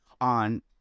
on